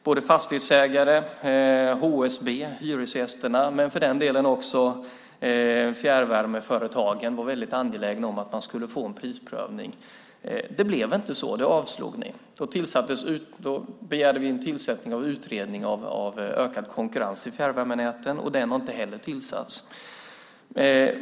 Såväl fastighetsägare och HSB som hyresgästerna men för den delen också fjärrvärmeföretagen var väldigt angelägna om att man skulle få en prisprövning. Det blev inte så - det avslog ni. Då begärde vi tillsättandet av en utredning om ökad konkurrens i fjärrvärmenäten, och den har heller inte tillsatts.